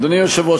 אדוני היושב-ראש,